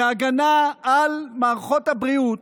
בהגנה על מערכות הבריאות,